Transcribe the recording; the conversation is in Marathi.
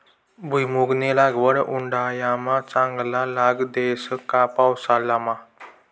भुईमुंगनी लागवड उंडायामा चांगला लाग देस का पावसाळामा